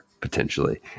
potentially